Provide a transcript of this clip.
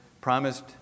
promised